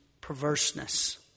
perverseness